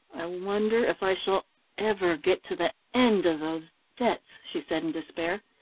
i wonder if i shall ever get to the end of those debts, she said in despair.